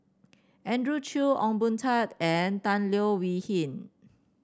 Andrew Chew Ong Boon Tat and Tan Leo Wee Hin